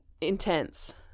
intense